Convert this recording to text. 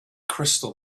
crystal